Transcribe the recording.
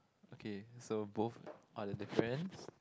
okay so both are the difference